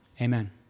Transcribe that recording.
Amen